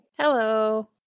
Hello